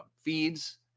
feeds